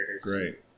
Great